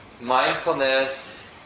mindfulness